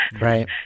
Right